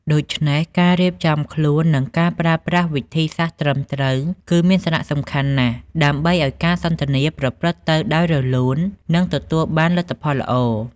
ដូច្នេះ ការរៀបចំខ្លួន និងការប្រើប្រាស់វិធីសាស្ត្រត្រឹមត្រូវគឺមានសារៈសំខាន់ណាស់ ដើម្បីឱ្យការសន្ទនាប្រព្រឹត្តទៅដោយរលូន និងទទួលបានលទ្ធផលល្អ។